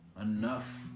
Enough